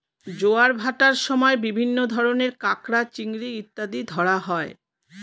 জোয়ার ভাটার সময় বিভিন্ন ধরনের কাঁকড়া, চিংড়ি ইত্যাদি ধরা হয়